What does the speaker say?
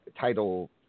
title